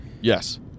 Yes